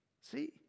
See